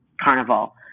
carnival